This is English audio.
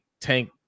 Tank